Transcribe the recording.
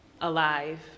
alive